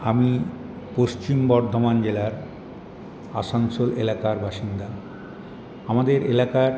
আমি পশ্চিম বর্ধমান জেলার আসানসোল এলাকার বাসিন্দা আমাদের এলাকার